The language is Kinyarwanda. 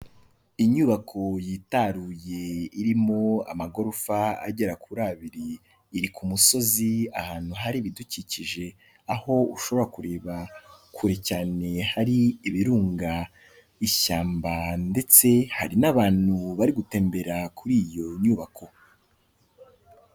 Inyubako yitaruye irimo amagorofa agera kuri abiri, iri ku musozi ahantu hari ibidukikije, aho ushobora kureba kure cyane hari ibirunga, ishyamba ndetse hari n'abantu bari gutembera kuri iyo nyubako.